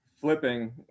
flipping